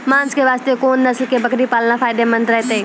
मांस के वास्ते कोंन नस्ल के बकरी पालना फायदे मंद रहतै?